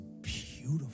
beautiful